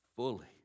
fully